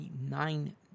nine